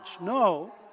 No